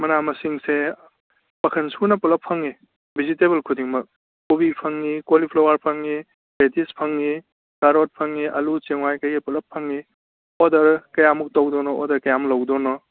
ꯃꯅꯥ ꯃꯁꯤꯡꯁꯦ ꯃꯈꯜ ꯁꯨꯅ ꯄꯨꯜꯂꯞ ꯐꯪꯉꯤ ꯚꯤꯖꯤꯇꯦꯕꯜ ꯈꯨꯗꯤꯡꯃꯛ ꯀꯣꯕꯤ ꯐꯪꯉꯤ ꯀꯣꯂꯤꯐ꯭ꯂꯋꯥꯔ ꯐꯪꯉꯤ ꯔꯦꯗꯤꯁ ꯐꯪꯉꯤ ꯀꯥꯔꯣꯠ ꯐꯪꯉꯤ ꯑꯂꯨ ꯆꯦꯡꯋꯥꯏ ꯀꯩꯀꯩ ꯄꯨꯜꯂꯞ ꯐꯪꯉꯤ ꯑꯣꯔꯗꯔ ꯀꯌꯥꯃꯨꯛ ꯇꯧꯗꯧꯅꯣ ꯑꯣꯔꯗꯔ ꯀꯌꯥꯃꯨꯛ ꯂꯧꯗꯧꯅꯣ